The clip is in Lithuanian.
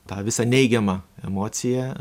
tą visą neigiamą emociją